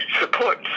support